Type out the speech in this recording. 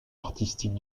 artistique